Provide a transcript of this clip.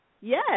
Yes